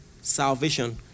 salvation